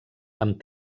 amb